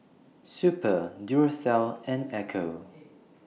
Super Duracell and Ecco